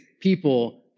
people